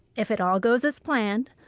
if it all goes as planned,